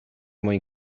mwyn